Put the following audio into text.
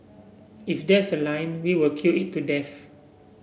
if there's a line we will queue it to death